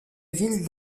ville